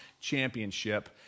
championship